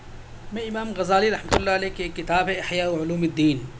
میں Imam Ghazali رحمت اللہ علیہ کی ایک کتاب ہے احیاءُالعلوم الدین